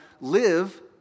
live